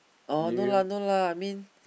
oh no lah no lah I mean